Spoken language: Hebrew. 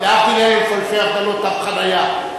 יהיה, להבדיל אלף אלפי הבדלות, כמו תו חנייה.